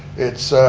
it's